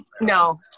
no